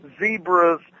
zebras